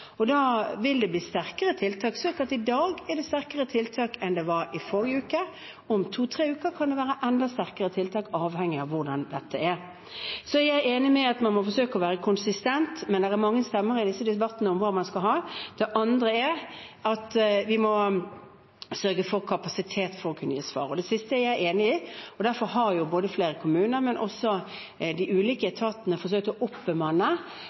Da vil det bli sterkere tiltak, slik at i dag er det sterkere tiltak enn det var i forrige uke. Om to–tre uker kan det være enda sterkere tiltak, avhengig av hvordan dette er. Jeg er enig i at man må forsøke å være konsistent, men det er mange stemmer i disse debattene om hva man skal ha. Det andre er at vi må sørge for kapasitet for å kunne gi svar. Det siste er jeg enig i. Derfor har flere kommuner, men også de ulike etatene, forsøkt å oppbemanne.